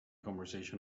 conversation